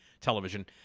television